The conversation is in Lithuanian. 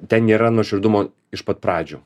ten nėra nuoširdumo iš pat pradžių